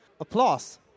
Applause